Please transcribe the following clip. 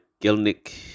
Gilnick